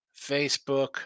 Facebook